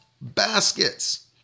baskets